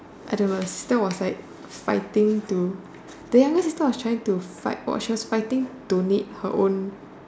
I don't know the sister was like fighting to the younger sister was trying to fight for she was fighting to meet her own